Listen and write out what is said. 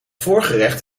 voorgerecht